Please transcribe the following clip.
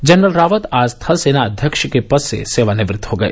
general Rawat आज थलसेना अध्यक्ष के पद से सेवानिवृत हो गए